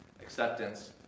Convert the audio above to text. Acceptance